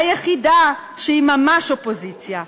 היחידה שהיא ממש אופוזיציה.